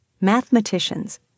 Mathematicians